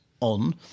on